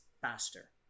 faster